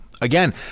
Again